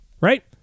right